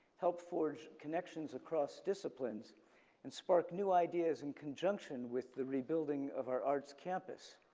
help forge connections across disciplines and spark new ideas in conjunction with the rebuilding of our arts campus.